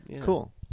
Cool